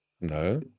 No